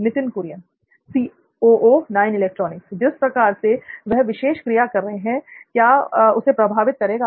नित्थिन कुरियन जिस प्रकार से वह यह विशेष क्रिया कर रहा है क्या उसे प्रभावित करेगा